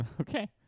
Okay